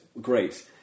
great